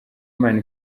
imana